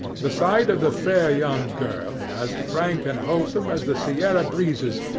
the sight of the fair young girl, as frank and wholesome as the sierra breezes,